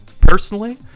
personally